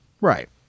right